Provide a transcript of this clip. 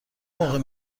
موقع